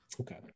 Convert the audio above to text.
Okay